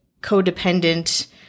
codependent